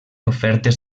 ofertes